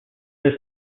was